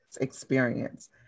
experience